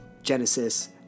Genesis